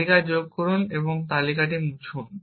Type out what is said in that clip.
তালিকা যোগ করুন এবং তালিকা মুছুন